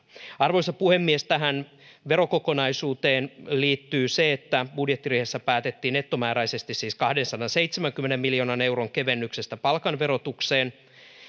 arvoisa puhemies tähän verokokonaisuuteen liittyy budjettiriihessä päätettiin siis nettomääräisesti kahdensadanseitsemänkymmenen miljoonan euron kevennyksestä palkan verotukseen